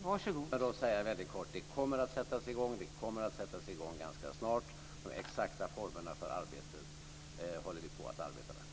Fru talman! Jag ska vara mycket kortfattad. Det kommer att sättas i gång ganska snart. De exakta formerna för arbetet håller vi på att arbeta med.